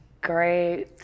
Great